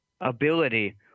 ability